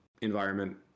environment